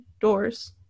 doors